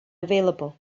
available